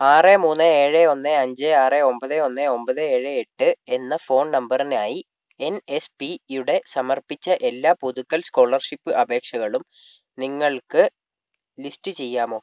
ആറ് മൂന്ന് ഏഴ് ഒന്ന് അഞ്ച് ആറ് ഒമ്പത് ഒന്ന് ഒമ്പത് ഏഴ് എട്ട് എന്ന ഫോൺ നമ്പറിനായി എൻ എസ് പിയുടെ സമർപ്പിച്ച എല്ലാ പുതുക്കൽ സ്കോളർഷിപ്പ് അപേക്ഷകളും നിങ്ങൾക്ക് ലിസ്റ്റ് ചെയ്യാമോ